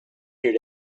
here